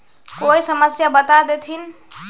कोई समस्या बता देतहिन?